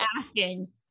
asking